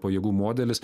pajėgų modelis